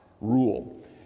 rule